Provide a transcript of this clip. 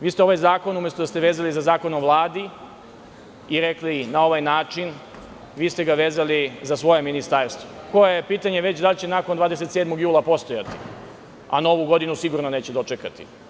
Vi ste ovaj zakon, umesto da ste vezali za Zakon o Vladi i rekli na ovaj način, vezali ste ga za svoje ministarstvo, za koje je pitanje da li će nakon 27. jula postojati, a novu godinu sigurno neće dočekati.